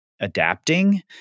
adapting